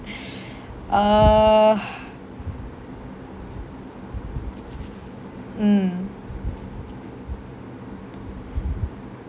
uh mm